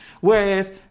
Whereas